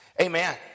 Amen